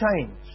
change